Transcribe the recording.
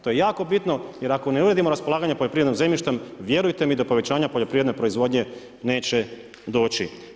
To je jako bitno, jer ako ne uredimo raspolaganjem poljoprivrednom zemljištem, vjerujte mi da povećanje poljoprivredne proizvodnje neće doći.